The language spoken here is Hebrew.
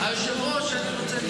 היושב-ראש, אני רוצה לשאול.